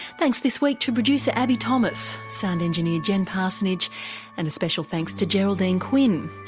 thanks this week to producer abbie thomas, sound engineer jen parsonage and a special thanks to geraldine quin.